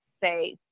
say